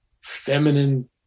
feminine